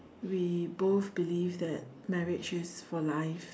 we both believe that marriage is for life